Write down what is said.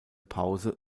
pause